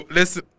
Listen